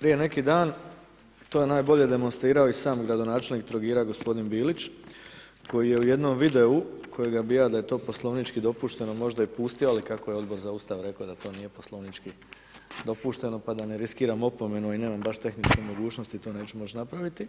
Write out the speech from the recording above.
Prije neki dan to je najbolje demonstrirao i sam gradonačelnik Trogira gospodin Bilić koji je u jednom videu kojega bih ja da je to poslovnički dopušteno, ali kako je Odbor za Ustav rekao da to nije poslovnički dopušteno pa da ne riskiram opomenu i nemam baš tehničke mogućnosti neću moći napraviti,